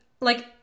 like-